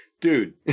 dude